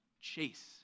chase